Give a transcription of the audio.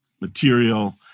material